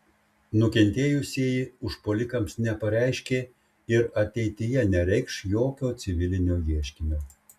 nukentėjusieji užpuolikams nepareiškė ir ateityje nereikš jokio civilinio ieškinio